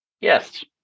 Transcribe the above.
Yes